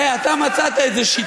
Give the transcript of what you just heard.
אלה החברים שלך.